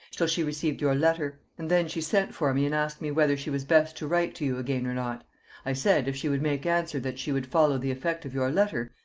till she received your letter and then she sent for me and asked me whether she was best to write to you again or not i said, if she would make answer that she would follow the effect of your letter,